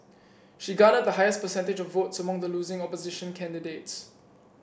she garnered the highest percentage of votes among the losing opposition candidates